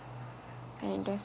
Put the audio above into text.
then it does